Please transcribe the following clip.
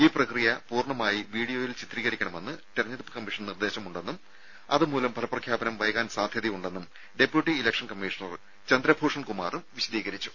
ഈ പ്രക്രിയ പൂർണ്ണമായി വീഡിയോയിൽ ചിത്രീകരിക്കണമെന്ന് തെരഞ്ഞെടുപ്പ് കമ്മീഷൻ നിർദ്ദേശമുണ്ടെന്നും അതുമൂലം ഫലപ്രഖ്യാപനം വൈകാൻ സാധ്യതയുണ്ടെന്നും ഡെപ്യൂട്ടി ഇലക്ഷൻ കമ്മീഷണർ ചന്ദ്രഭൂഷൺ കുമാറും വിശദീകരിച്ചു